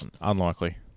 Unlikely